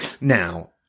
Now